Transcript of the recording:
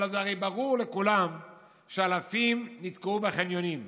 אבל זה הרי ברור לכולם שאלפים נתקעו בחניונים,